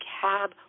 cab